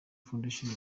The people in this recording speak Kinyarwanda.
foundation